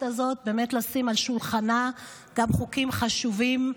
הזאת לשים על שולחנה גם חוקים חשובים,